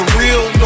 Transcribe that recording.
real